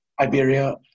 Iberia